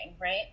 Right